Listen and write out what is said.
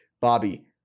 Bobby